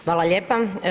Hvala lijepa.